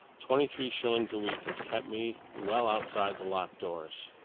twenty-three shillings a week has kept me well outside the locked doors.